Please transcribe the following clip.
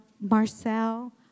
Marcel